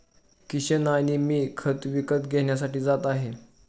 किशन आणि मी खत विकत घेण्यासाठी जात आहे